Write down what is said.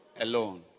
alone